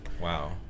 Wow